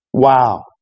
Wow